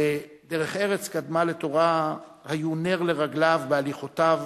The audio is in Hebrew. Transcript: ודרך-ארץ קדמה לתורה היה נר לרגליו בהליכותיו,